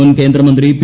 മുൻ കേന്ദ്രമന്ത്രി പി